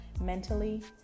mentally